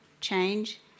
change